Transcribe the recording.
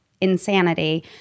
insanity